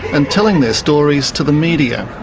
and telling their stories to the media.